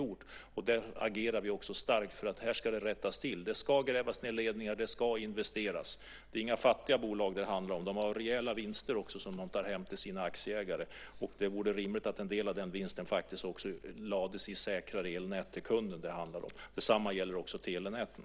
Vi agerar starkt för att detta ska rättas till. Det ska grävas ned ledningar. Det ska investeras. Det är inga fattiga bolag det handlar om. De tar hem rejäla vinster till sina aktieägare. Det vore rimligt att en del av den vinsten lades i säkrare elnät till kunden. Detsamma gäller telenäten.